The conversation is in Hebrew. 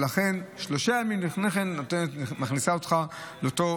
לכן שלושה ימים לפני כן מכניסים אותך לאותם